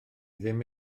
ddim